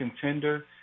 contender